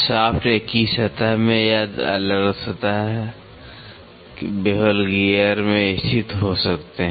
shaft एक ही सतह में या अलग अलग सतह बेवल गियर में स्थित हो सकते हैं